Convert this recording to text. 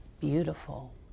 beautiful